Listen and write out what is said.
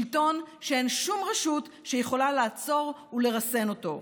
שלטון שאין שום רשות שיכולה לעצור ולרסן אותו.